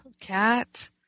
cat